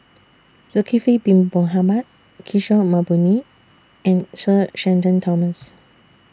Zulkifli Bin Mohamed Kishore Mahbubani and Sir Shenton Thomas